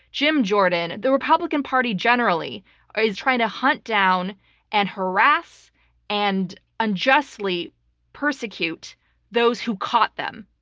jim jordan, the republican party generally is trying to hunt down and harass and unjustly persecute those who caught them.